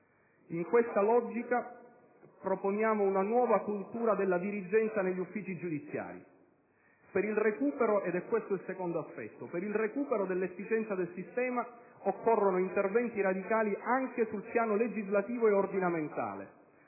In questa logica, proponiamo una nuova cultura della dirigenza negli uffici giudiziari. Ed è questo il secondo aspetto. Per il recupero dell'efficienza del sistema occorrono interventi radicali anche sul piano legislativo e ordinamentale,